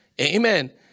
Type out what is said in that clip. amen